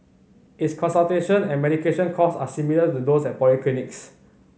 its consultation and medication costs are similar to those at polyclinics